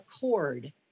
cord